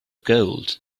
gold